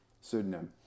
pseudonym